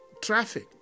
traffic